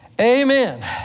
Amen